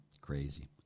crazy